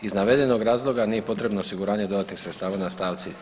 Iz navedenog razloga nije potrebno osiguranje dodatnih sredstava na stavci 363.